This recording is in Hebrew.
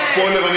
"אזהרת ספוילר",